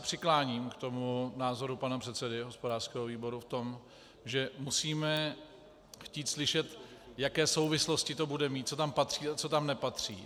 Přikláním se k názoru pana předsedy hospodářského výboru v tom, že musíme chtít slyšet, jaké souvislosti to bude mít, co tam patří a co tam nepatří.